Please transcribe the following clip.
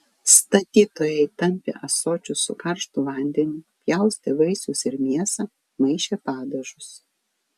statytojai tampė ąsočius su karštu vandeniu pjaustė vaisius ir mėsą maišė padažus